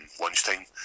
lunchtime